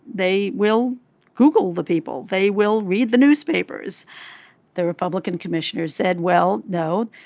they will google the people they will read the newspapers the republican commissioners said well no.